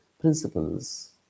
principles